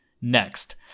Next